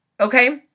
Okay